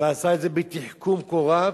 ועשה את זה בתחכום כה רב,